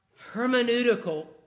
hermeneutical